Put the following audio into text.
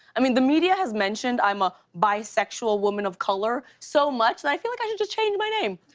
i mean, the media has mentioned i'm a bisexual woman of color so much that i feel like i should just change my name.